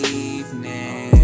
evening